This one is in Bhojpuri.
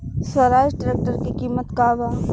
स्वराज ट्रेक्टर के किमत का बा?